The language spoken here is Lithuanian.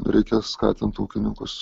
reikia skatint ūkininkus